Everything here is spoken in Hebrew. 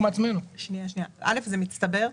א', זה מצטבר,